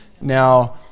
Now